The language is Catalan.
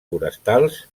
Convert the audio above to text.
forestals